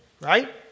right